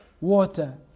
Water